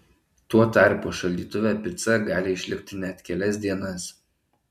tuo tarpu šaldytuve pica gali išlikti net kelias dienas